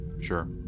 sure